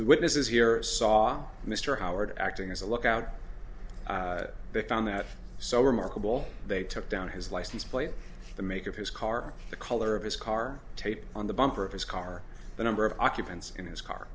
the witnesses here saw mr howard acting as a lookout they found that so remarkable they took down his license plate the make of his car the color of his car tape on the bumper of his car a number of occupants in his car